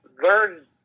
learn